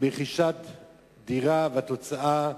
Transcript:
ברכישת דירה, והתוצאה,